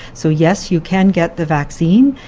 so, yes, you can get the vaccine,